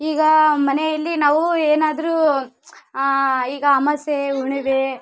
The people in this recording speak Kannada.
ಈಗ ಮನೆಯಲ್ಲಿ ನಾವು ಏನಾದರೂ ಈಗ ಅಮಾಸ್ಯೆ ಹುಣಿಮೆ